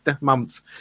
months